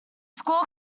school